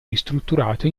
ristrutturato